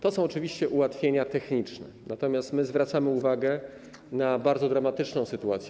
To są oczywiście ułatwienia techniczne, natomiast zwracamy uwagę na bardzo dramatyczną sytuację.